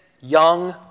young